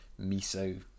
miso